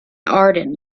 arden